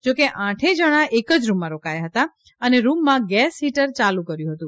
જો કે આઠ જણા એક જ રૂમમાં રોકાયા હતા અને રૂમમાં ગેસ હીટર ચાલુ કર્યું હતું